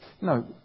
No